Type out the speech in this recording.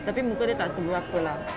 tapi muka dia tak seberapa lah